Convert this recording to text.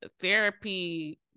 therapy